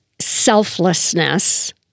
selflessness